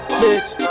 bitch